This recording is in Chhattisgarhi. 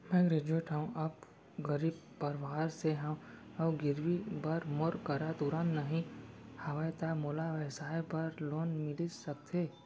मैं ग्रेजुएट हव अऊ गरीब परवार से हव अऊ गिरवी बर मोर करा तुरंत नहीं हवय त मोला व्यवसाय बर लोन मिलिस सकथे?